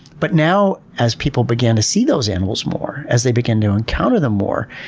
but now as people began to see those animals more, as they begin to encounter them more,